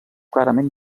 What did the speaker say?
clarament